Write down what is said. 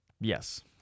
Yes